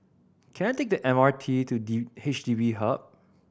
can I take the M R T to D H D B Hub